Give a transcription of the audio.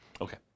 Okay